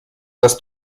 dass